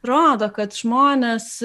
rodo kad žmonės